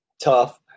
tough